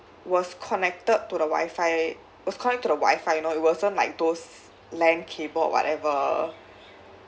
was connected to the wifi was connected to the wifi you know it wasn't like those LAN cable or whatever